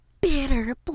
bitter